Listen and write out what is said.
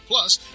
Plus